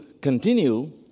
continue